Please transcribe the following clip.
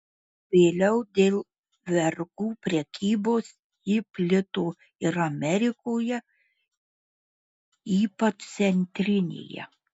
vėliau dėl vergų prekybos ji plito ir amerikoje ypač centrinėje